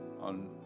on